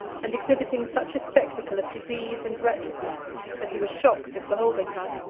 and exhibiting such a spectacle of disease and wretchedness that he was shocked at beholding her.